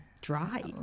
Dry